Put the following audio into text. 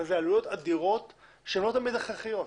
אבל אלה עלויות אדירות שלא תמיד הכרחיות.